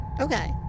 Okay